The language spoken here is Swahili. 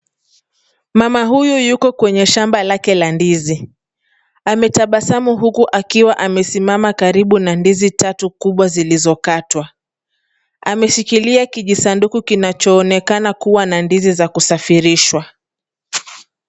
Mama huyu yuko kwenye shamba lake la ndizi. Ametabasamu huku akiwa amesimama karibu na ndizi tatu kubwa zilizokatwa. Ameshikilia kijisanduku kinachoonekana kuwa na ndizi za kusafirishwa.